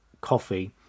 coffee